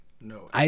No